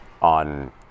on